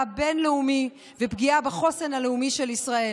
הבין-לאומי ופגיעה בחוסן הבין-לאומי של ישראל.